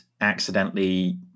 accidentally